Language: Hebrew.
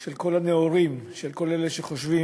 של כל הנאורים, של כל אלה שחושבים